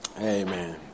Amen